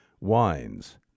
wines